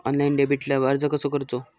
Online डेबिटला अर्ज कसो करूचो?